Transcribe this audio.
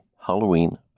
Halloween